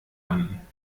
landen